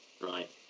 right